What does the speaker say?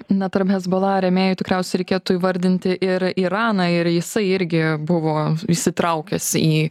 na tarp hezbola rėmėjų tikriausiai reikėtų įvardinti ir iraną ir jisai irgi buvo įsitraukęs į